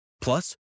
Plus